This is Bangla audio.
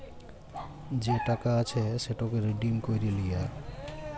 যে টাকা আছে সেটকে রিডিম ক্যইরে লিয়া